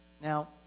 Now